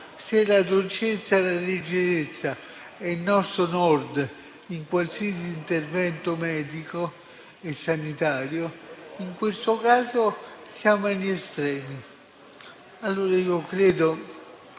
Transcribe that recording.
Se la dolcezza e la leggerezza sono il nostro Polo Nord in qualsiasi intervento medico e sanitario, in questo caso siamo agli estremi. Io credo